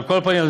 על כל פנים,